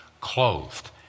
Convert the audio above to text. clothed